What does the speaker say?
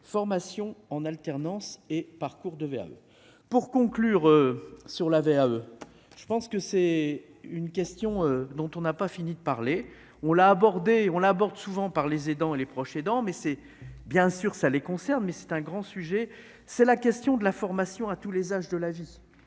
formation en alternance et parcours de pour conclure sur la VAE je pense que c'est une question dont on n'a pas fini de parler, on l'a abordé, on l'aborde souvent par les aidants et les proches aidants, mais c'est bien sûr, ça les concerne, mais c'est un grand sujet, c'est la question de la formation à tous les âges de la vie,